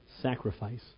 sacrifice